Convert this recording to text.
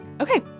Okay